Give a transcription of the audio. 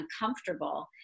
uncomfortable